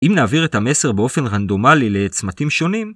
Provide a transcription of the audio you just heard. ‫אם נעביר את המסר באופן רנדומלי לצמתים שונים...